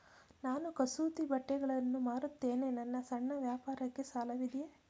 ನಾನು ಕಸೂತಿ ಬಟ್ಟೆಗಳನ್ನು ಮಾರುತ್ತೇನೆ ನನ್ನ ಸಣ್ಣ ವ್ಯಾಪಾರಕ್ಕೆ ಸಾಲವಿದೆಯೇ?